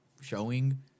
showing